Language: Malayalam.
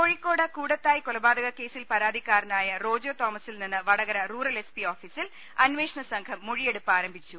കോഴിക്കോട് കൂടത്തായി കൊലപാതകക്കേസിൽ പരാതിക്കാരനായ റോജോ തോമസിൽ നിന്ന് വടകര റൂറൽ എസ് പി ഓഫീസിൽ അന്വേഷണ സംഘം മൊഴിയെടുപ്പ് ആരംഭിച്ചു